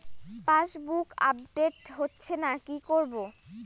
Passbook update হচ্ছেনা কি করবো?